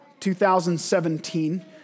2017